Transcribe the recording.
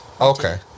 okay